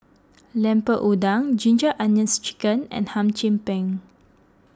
Lemper Udang Ginger Onions Chicken and Hum Chim Peng